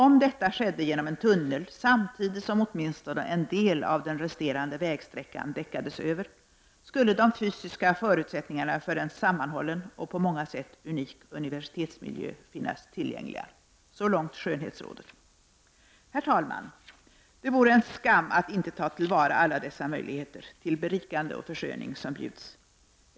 Om detta skedde genom en tunnel samtidigt som åtminstone en del av den resterande vägsträckan däckades över skulle de fysiska förutsättningarna för en sammanhållen och på många sätt unik universitetsmiljö finnas tillgängliga.” Så långt skönhetsrådet. Herr talman! Det vore en skam att inte ta till vara alla dessa möjligheter till berikande och försköning som bjuds.